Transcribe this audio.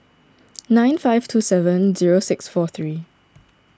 nine five two seven zero six four three